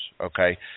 Okay